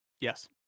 Yes